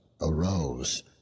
arose